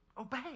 obey